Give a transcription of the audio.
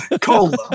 Cola